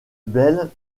belle